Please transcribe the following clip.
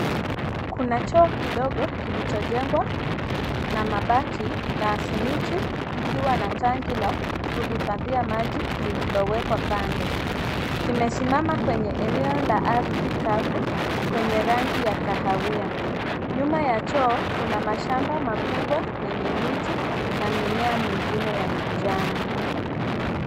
Kuna choo kidogo kilichojengwa na mabati na simiti kikiwa na tangi la kuhifadhia maji lililowekwa kando kimesimama kwenye eneo la ardhi kavu kwenye rangi ya kahawia nyuma ya choo kuna mashamba makubwa yenye miti na mimea mingine ya kijani.